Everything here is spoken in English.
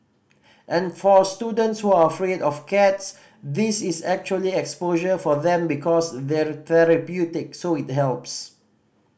and for students who are afraid of cats this is actually exposure for them because they're therapeutic so it helps